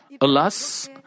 Alas